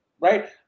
Right